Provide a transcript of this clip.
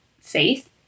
faith